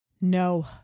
No